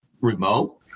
remote